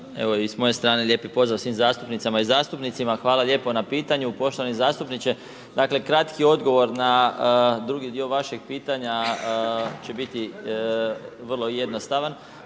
s moje strane lijepi pozdrav svim zastupnicama i zastupnicima. Hvala lijepo na pitanju, poštovani zastupniče. Dakle kratki odgovor na drugi dio vašeg pitanja će biti vrlo jednostavan